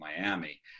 Miami